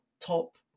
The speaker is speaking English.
Top